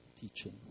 teaching